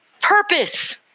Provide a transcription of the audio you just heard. Purpose